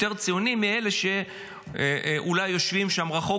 יותר ציונים מאלה שאולי יושבים שם רחוק